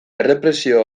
errepresio